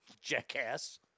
jackass